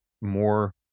more